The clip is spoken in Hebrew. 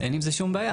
אין עם זה שום בעיה.